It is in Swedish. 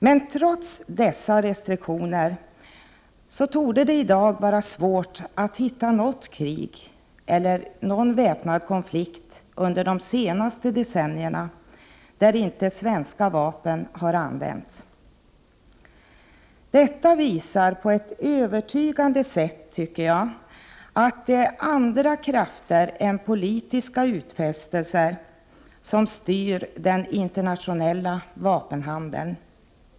Men trots dessa restriktioner torde det vara svårt att hitta något krig eller någon väpnad konflikt under de senaste decennierna, där inte svenska vapen har använts. Jag tycker att detta på ett övertygande sätt visar att det är andra krafter än politiska utfästelser som styr den internationella vapenhandeln.